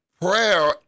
Prayer